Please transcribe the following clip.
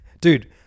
Dude